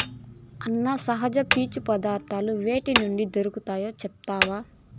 అన్నా, సహజ పీచు పదార్థాలు వేటి నుండి దొరుకుతాయి చెప్పవా